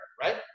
right